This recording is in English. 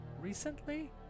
Recently